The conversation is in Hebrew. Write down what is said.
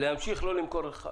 אדוני היושב ראש,